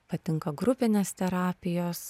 patinka grupinės terapijos